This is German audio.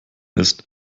ist